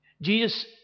Jesus